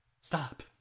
stop